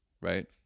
right